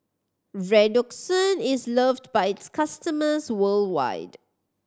Redoxon is loved by its customers worldwide